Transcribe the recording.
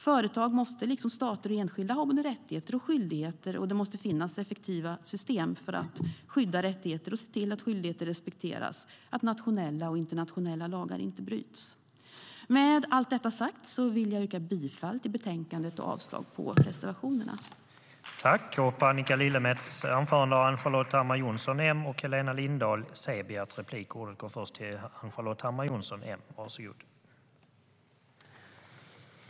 Företag måste liksom stater och enskilda ha både rättigheter och skyldigheter, och det måste finnas effektiva system för att skydda rättigheter, se till att skyldigheter respekteras och se till att nationella och internationella lagar inte bryts.